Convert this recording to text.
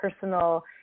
personal